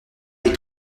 des